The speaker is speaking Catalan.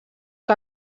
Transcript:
que